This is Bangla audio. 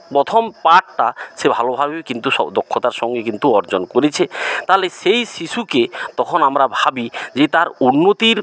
প্রথম পাঠটা সে ভালোভাবে কিন্তু স দক্ষতার সঙ্গে কিন্তু অর্জন করেছে তাহলে সেই শিশুকে তখন আমরা ভাবি যে তার উন্নতির